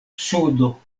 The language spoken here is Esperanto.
sudo